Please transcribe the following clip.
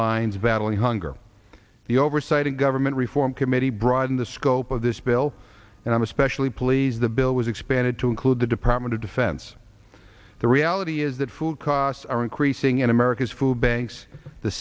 frontlines battling hunger the oversight and government reform committee broaden the scope of this bill and i'm especially pleased the bill was expanded to include the department of defense the reality is that food costs are increasing in america's food banks the